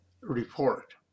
report